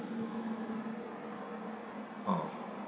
oh